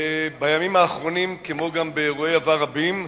בימים האחרונים, כמו גם באירועי עבר רבים,